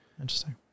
Interesting